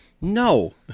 No